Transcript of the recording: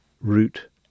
root